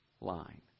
line